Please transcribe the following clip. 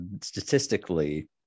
Statistically